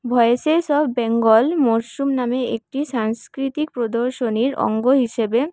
voices of Bengal মরশুম নামে একটি সাংস্কৃতিক প্রদর্শনীর অঙ্গ হিসেবে